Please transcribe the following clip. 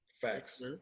facts